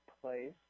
place